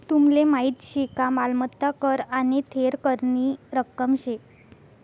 तुमले माहीत शे का मालमत्ता कर आने थेर करनी रक्कम शे